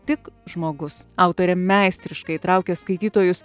tik žmogus autorė meistriškai įtraukia skaitytojus